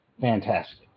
Fantastic